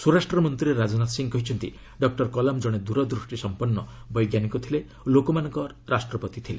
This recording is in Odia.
ସ୍ୱରାଷ୍ଟ୍ରମନ୍ତ୍ରୀ ରାଜନାଥ ସିଂ କହିଛନ୍ତି ଡକ୍କର କଲାମ୍ କଣେ ଦୂରଦୃଷ୍ଟିସମ୍ପନ୍ନ ବୈଜ୍ଞାନିକ ଥିଲେ ଓ ଲୋକମାନଙ୍କ ରାଷ୍ଟ୍ରପତି ଥିଲେ